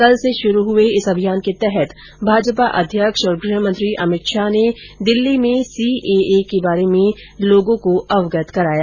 कल से शुरू हुए इस जनसंपर्क अभियान के तहत भाजपा अध्यक्ष और गृहमंत्री अमित शाह ने दिल्ली में सीएए के बारे में लोगों को अवगत कराया